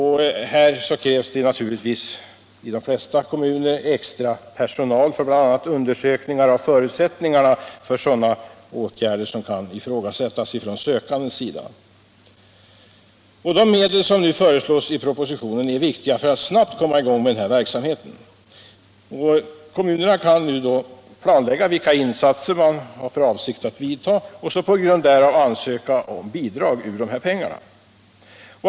Här krävs det i de flesta kommuner extra personal bl.a. för undersökningar av förutsättningarna för åtgärder som föreslås av sökanden. De medel som nu föreslås i propositionen är viktiga för att man snabbt skall komma i gång med en sådan verksamhet. Kommunerna kan nu planlägga sina insatser och på grundval av planläggningen ansöka om bidrag ur dessa medel.